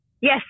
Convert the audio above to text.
Yes